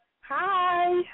Hi